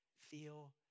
feel